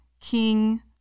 king